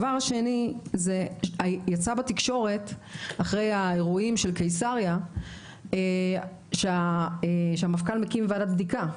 2. אחרי האירועים של קיסריה יצא בתקשורת שהמפכ"ל מקים ועדת בדיקה,